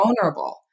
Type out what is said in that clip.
vulnerable